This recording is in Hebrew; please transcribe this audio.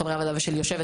חברי הוועדה והיושבת-ראש.